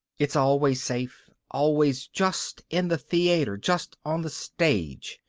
it's always safe, always just in the theatre, just on the stage,